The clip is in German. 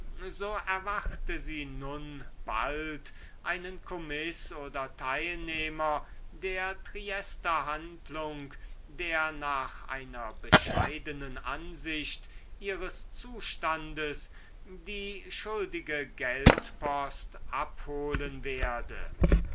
so erwarte sie nun bald einen kommis oder teilnehmer der triester handlung der nach einer bescheidenen ansicht ihres zustandes die schuldige geldpost abholen werde